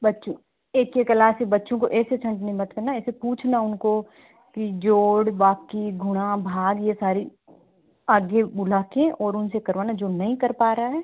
बच्चों एक एक क्लास से बच्चों को ऐसे छँटनी मत करना ऐसे पूछना उनको कि जोड़ बाकी गुणा भाग यह सारी आगे बुलाकर और उनसे करवाना जो नहीं कर पा रहा है